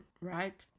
right